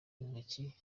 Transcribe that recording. intoki